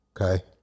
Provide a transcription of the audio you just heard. Okay